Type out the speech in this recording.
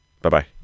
Bye-bye